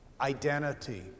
identity